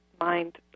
mind